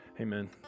Amen